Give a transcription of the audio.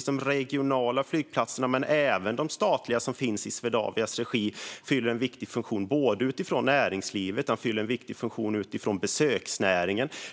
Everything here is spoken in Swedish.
de regionala flygplatserna men även de statliga som finns i Swedavias regi fyller en viktig funktion för såväl näringslivet som besöksnäringen.